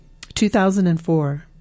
2004